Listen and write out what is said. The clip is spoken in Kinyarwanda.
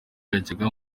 yajyaga